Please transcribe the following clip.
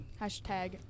Hashtag